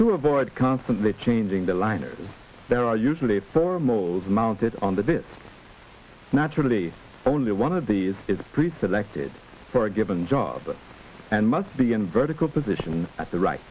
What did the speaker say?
to avoid constantly changing the liners there are usually thermals mounted on the bit naturally only one of these is pre selected for a given job and must be in vertical position at the right